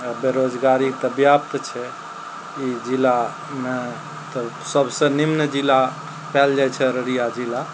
बेरोजगारी तऽ व्याप्त छै ई जिलामे तऽ सबसँ निम्न जिला पाओल जाइ छै अररिया जिला